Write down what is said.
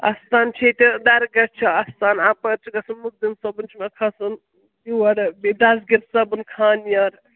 اَستان چھِ ییٚتہِ درگاہ چھُ اَستان اَپٲرۍ چھُ گژھُن مُقدِم صٲبُن چھُ مےٚ کھَسُن یور بیٚیہِ دَسگیٖر صٲبُن خانیار